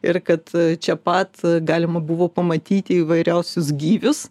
ir kad čia pat galima buvo pamatyti įvairiausius gyvius